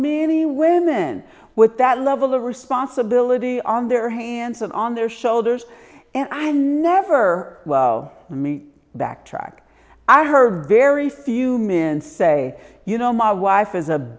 many women with that level of responsibility on their hands and on their shoulders and i never well let me backtrack i her very few men say you know my wife is a